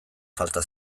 falta